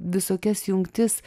visokias jungtis